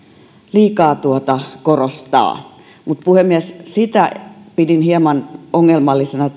liikaa korostaa mutta puhemies sitä pidin hieman ongelmallisena